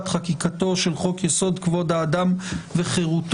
חקיקתו של חוק יסוד: כבוד האדם וחירותו,